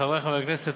חברי חברי הכנסת,